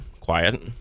quiet